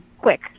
quick